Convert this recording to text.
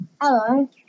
Hello